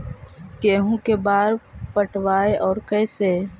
गेहूं के बार पटैबए और कैसे?